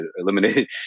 eliminated